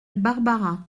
barbara